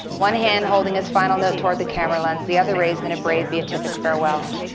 one hand holding his final note toward the camera lens, the other raised in a brave beatific farewell.